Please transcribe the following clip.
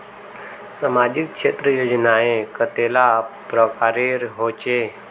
सामाजिक क्षेत्र योजनाएँ कतेला प्रकारेर होचे?